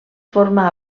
forma